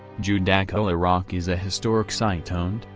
judaculla rock is a historic site owned,